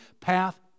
path